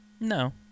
No